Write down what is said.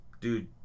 dude